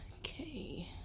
Okay